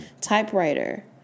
Typewriter